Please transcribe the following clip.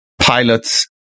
pilots